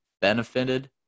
benefited